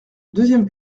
deuxième